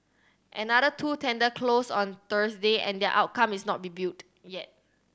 another two tender closed on Thursday and their outcome is not revealed yet